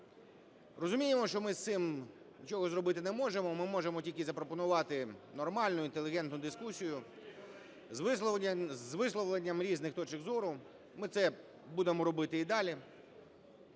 розуміємо, що ми з цим нічого зробити не можемо, ми можемо тільки запропонувати нормальну, інтелігентну дискусію з висловленням різних точок зору, ми це будемо робити і далі,